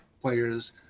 players